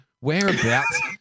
whereabouts